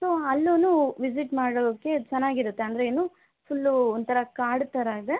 so ಅಲ್ಲೂ visit ಮಾಡೋಕ್ಕೆ ಚೆನ್ನಾಗಿರುತ್ತೆ ಅಂದರೆ ಏನು ಫುಲ್ಲು ಒಂಥರ ಕಾಡು ಥರ ಇದೆ